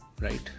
right